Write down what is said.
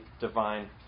divine